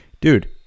dude